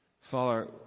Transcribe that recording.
Father